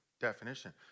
definition